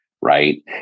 right